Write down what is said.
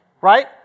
Right